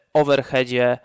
overheadzie